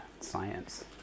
science